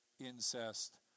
incest